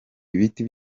ibiti